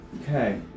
Okay